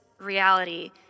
reality